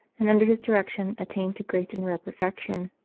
and under his direction attained to great and rare perfection.